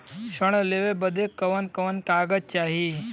ऋण लेवे बदे कवन कवन कागज चाही?